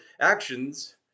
actions